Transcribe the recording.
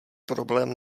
problém